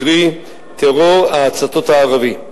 קרי טרור ההצתות הערבי.